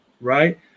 right